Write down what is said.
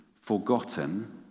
forgotten